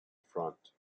front